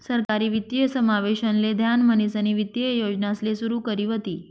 सरकारनी वित्तीय समावेशन ले ध्यान म्हणीसनी वित्तीय योजनासले सुरू करी व्हती